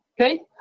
Okay